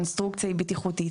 שהקונסטרוקציה היא בטיחותית.